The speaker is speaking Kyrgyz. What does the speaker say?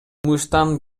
жумуштан